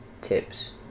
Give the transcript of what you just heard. tips